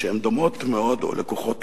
שהן דומות מאוד או לקוחות,